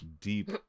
deep